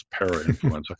parainfluenza